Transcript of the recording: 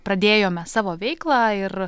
pradėjome savo veiklą ir